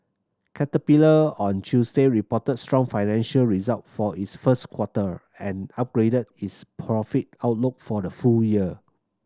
caterpillar on Tuesday reported strong financial resullt for its first quarter and upgraded its profit outlook for the full year